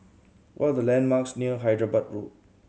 what are the landmarks near Hyderabad Road